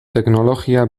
teknologia